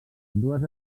dues